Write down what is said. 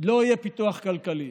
לא יהיה פיתוח כלכלי,